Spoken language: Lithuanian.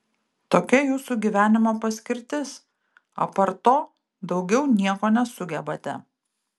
tokia jūsų gyvenimo paskirtis apart to daugiau nieko nesugebate